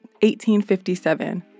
1857